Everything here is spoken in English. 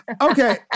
Okay